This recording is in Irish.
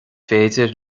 féidir